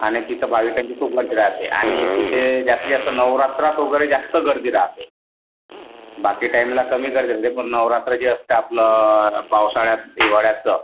आणि तिथे भाविकांची खूप गर्दी राहते आणि तिथे जास्तीत जास्त नवरात्रात वगैरे जास्त गर्दी राहते बाकी टाईमला कमी गर्दी असते पण नवरात्र जे असतं आपलं पावसाळ्यात हिवाळ्याचं